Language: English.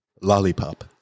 lollipop